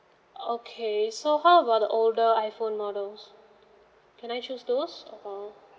okay so how about the older iphone models can I choose those